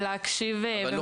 ולהקשיב במשך שעות.